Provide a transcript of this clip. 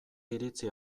iritzi